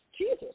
Jesus